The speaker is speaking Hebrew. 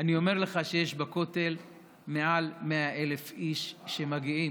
אני אומר לך שיש בכותל מעל 100,000 איש שמגיעים,